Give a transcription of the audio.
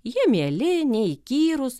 jie mieli neįkyrūs